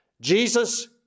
Jesus